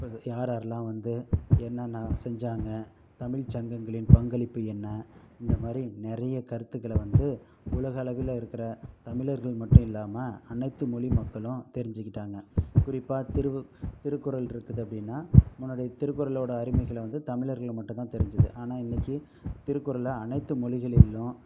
அப்போது யார் யாரெலாம் வந்து என்னெனா செஞ்சாங்க தமிழ் சங்கங்களின் பங்களிப்பு என்ன இந்த மாதிரி நிறையா கருத்துக்களை வந்து உலக அளவில் இருக்கிற தமிழர்கள் மட்டும் இல்லாமல் அனைத்து மொழி மக்களும் தெரிஞ்சுக்கிட்டாங்க குறிப்பாக திருக்குறள் இருக்குது அப்படின்னா முன்னாடி திருக்குறளோட அருமைகளை வந்து தமிழர்கள் மட்டும்தான் தெரிஞ்சுது ஆனால் இன்னிக்கு திருக்குறளை அனைத்து மொழிகளிலும்